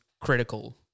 critical